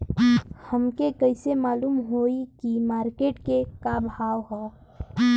हमके कइसे मालूम होई की मार्केट के का भाव ह?